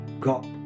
got